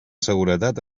seguretat